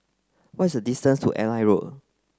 what is a distance to Airline Road